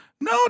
No